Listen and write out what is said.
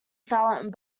silent